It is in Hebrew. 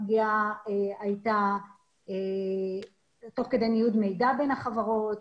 הפגיעה הייתה תוך כדי ניוד מידע בין החברות.